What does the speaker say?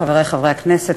חברי חברי הכנסת,